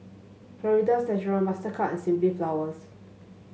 Florida's Natural Mastercard and Simply Flowers